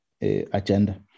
agenda